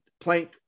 plank